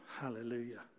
Hallelujah